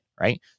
Right